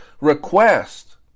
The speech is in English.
request